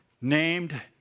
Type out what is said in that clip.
named